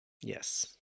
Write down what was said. Yes